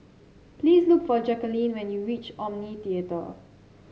please look for Jackeline when you reach Omni Theatre